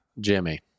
Jimmy